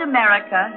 America